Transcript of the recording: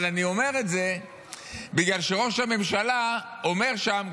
אני אומר את זה בגלל שראש הממשלה אומר שם,